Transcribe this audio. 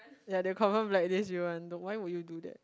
ya they'll confirm blacklist you one why would you do that